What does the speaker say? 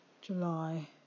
July